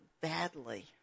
badly